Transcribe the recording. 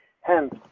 Hence